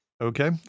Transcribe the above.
Okay